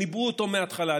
שניבאו אותו מההתחלה,